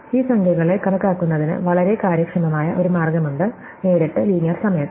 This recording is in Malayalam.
ഈ സംഖ്യകളെ കണക്കാക്കുന്നതിന് വളരെ കാര്യക്ഷമമായ ഒരു മാർഗമുണ്ട് നേരിട്ട് ലീനിയെർ സമയത്ത്